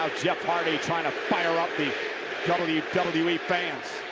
jeff hardy trying to fire up the wwe wwe fans.